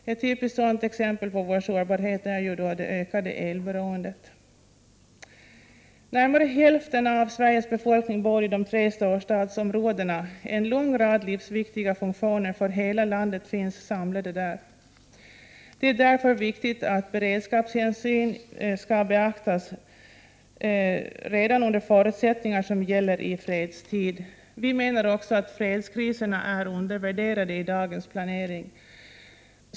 Ett typiskt exempel på sådan sårbarhet är vårt ökade elberoende. Närmare hälften av Sveriges befolkning bor i de tre storstadsområdena. En lång rad livsviktiga funktioner för hela landet finns samlade där. Det är därför viktigt att beredskapshänsyn skall beaktas redan under förutsättningar som gäller i fredstid. Vi menar också att fredskriserna är undervärderade i dagens planering.